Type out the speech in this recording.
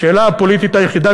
השאלה הפוליטית היחידה,